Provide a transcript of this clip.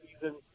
season